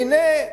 הנה,